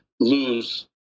lose